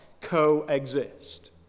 coexist